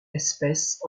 espèce